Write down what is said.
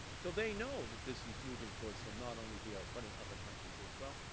so they know that this is moving towards some not only here but in other countries as well.